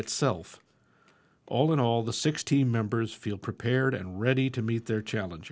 itself all in all the six team members feel prepared and ready to meet their challenge